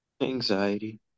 Anxiety